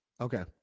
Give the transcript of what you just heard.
Okay